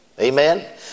Amen